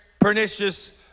pernicious